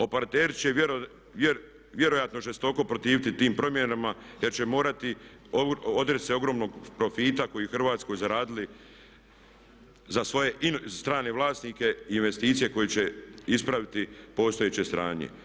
Operateri će se vjerojatno žestoko protiviti tim promjenama jer će morati odreći se ogromnog profita koji su u Hrvatskoj zaradili za svoje strane vlasnike i investicije koje će ispraviti postojeće stanje.